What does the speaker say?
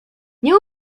nie